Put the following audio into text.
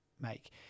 make